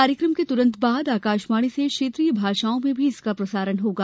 कार्यक्रम के तुरंत बाद आकाशवाणी से क्षेत्रीय भाषाओं में भी इसका प्रसारण होगा